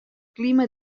clima